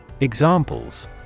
Examples